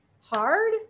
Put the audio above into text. hard